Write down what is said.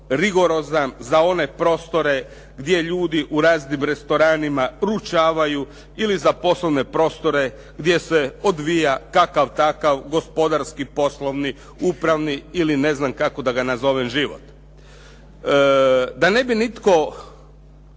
rigorozan za one prostore gdje ljudi u raznim restoranima ručavaju ili za poslovne prostore gdje se odvija kakav takav gospodarski, poslovni, upravni ili ne znam kako da ga nazovem život. Da ne bi nitko